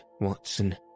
Watson